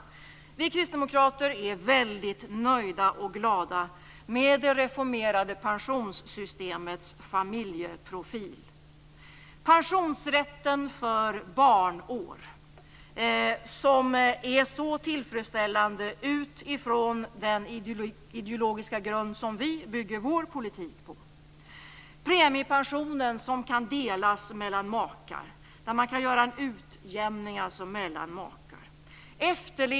Vi kristdemokrater är väldigt nöjda och glada över det reformerade pensionssystemets familjeprofil. Pensionsrätten för barnår är mycket tillfredsställande utifrån den ideologiska grund som vi bygger vår politik på. Premiepensionen kan delas mellan makar, så att man alltså kan göra en utjämning mellan makar.